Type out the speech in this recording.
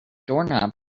doorknob